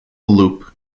loop